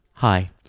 Hi